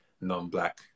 non-Black